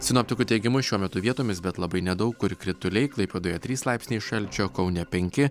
sinoptikų teigimu šiuo metu vietomis bet labai nedaug kur krituliai klaipėdoje trys laipsniai šalčio kaune penki